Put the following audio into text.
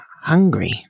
hungry